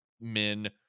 men